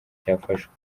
cyafashwe